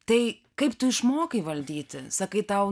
tai kaip tu išmokai valdyti sakai tau